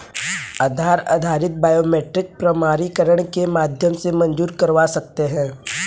आधार आधारित बायोमेट्रिक प्रमाणीकरण के माध्यम से मंज़ूर करवा सकते हैं